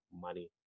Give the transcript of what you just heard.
money